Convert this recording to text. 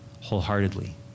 wholeheartedly